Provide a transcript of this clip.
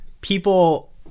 people